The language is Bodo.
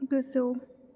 गोजौ